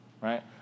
right